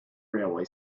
railway